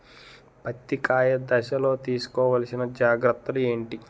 పత్తి కాయ దశ లొ తీసుకోవల్సిన జాగ్రత్తలు ఏంటి?